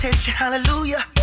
hallelujah